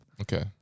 Okay